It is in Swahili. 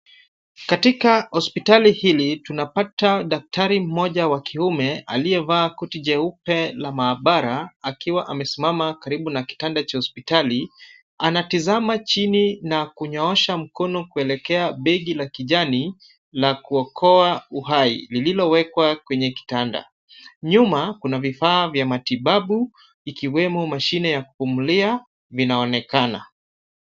Katika hospitali hili tunapata daktari mmoja wa kiume aliyevaa koti jeupe la maabara akiwa amesimama karibu na kitanda cha hospitali, anatazama chini na kunyoosha mkono kuelekea begi la kijani na kuokoa uhai lililowekwa kwenye kitanda. Nyuma kuna vifaa vya matibabu ikiwemo mashine ya kupumulia vinaonekana.